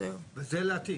זה לעתיד.